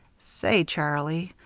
say, charlie,